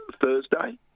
Thursday